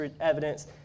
evidence